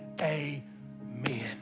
amen